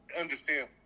understand